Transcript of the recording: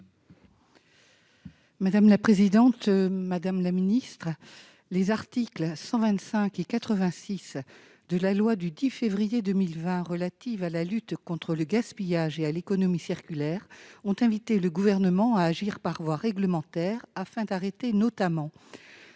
l'alimentation. Madame la ministre, les articles 125 et 86 de la loi du 10 février 2020 relative à la lutte contre le gaspillage et à l'économie circulaire ont invité le Gouvernement à agir par voie réglementaire afin d'arrêter les